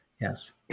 Yes